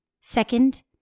Second